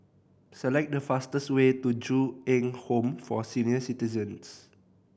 select the fastest way to Ju Eng Home for Senior Citizens